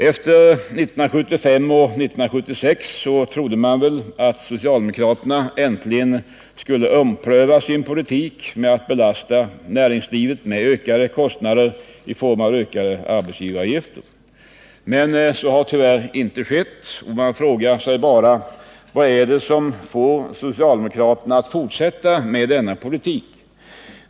Efter 1975 och 1976 trodde man väl att socialdemokraterna äntligen skulle ompröva sin politik — att belasta näringslivet med ökade kostnader i form av ökade arbetsgivaravgifter. Men så har tyvärr inte skett. Man frågar sig bara: Vad är det som får socialdemokraterna att fortsätta med denna politik?